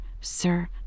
sir